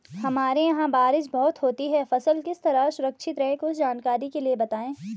हमारे यहाँ बारिश बहुत होती है फसल किस तरह सुरक्षित रहे कुछ जानकारी के लिए बताएँ?